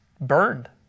burned